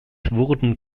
wurden